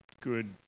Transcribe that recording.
good